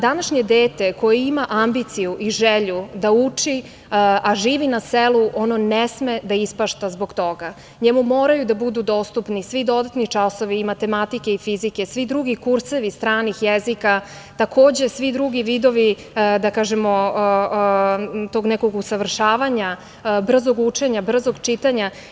Današnje dete koje ima ambiciju i želju da uči, a živi na selu, ono ne sme da ispašta zbog toga, njemu moraju da budu dostupni svi dodatni časovi i matematike i fizike, svi drugi kursevi stranih jezika, takođe svi drugi vidovi da kažemo tog nekog usavršavanja, brzog učenja, brzog čitanja.